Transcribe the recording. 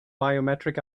biometric